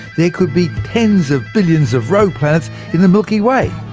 there could be tens of billions of rogue planets in the milky way.